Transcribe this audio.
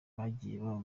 bagiye